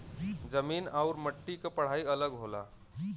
जमीन आउर मट्टी क पढ़ाई अलग होला